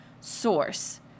source